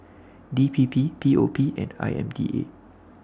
DPP POP and IMDA